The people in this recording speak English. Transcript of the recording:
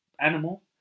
animal